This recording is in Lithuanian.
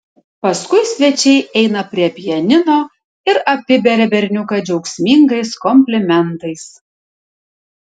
paskui svečiai eina prie pianino ir apiberia berniuką džiaugsmingais komplimentais